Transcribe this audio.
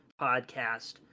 Podcast